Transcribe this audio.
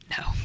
no